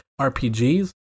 RPGs